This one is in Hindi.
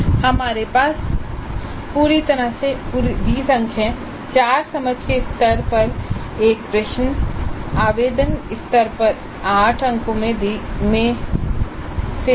हमारे पास पूरी तरह से 20 अंक हैं 4 समझ के स्तर पर एक प्रश्न आवेदन स्तर पर प्रत्येक 8 अंकों में से दो